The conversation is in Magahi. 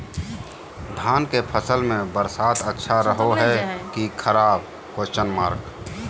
धान के फसल में बरसात अच्छा रहो है कि खराब?